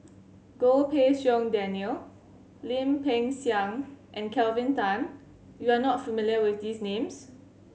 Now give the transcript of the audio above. Goh Pei Siong Daniel Lim Peng Siang and Kelvin Tan you are not familiar with these names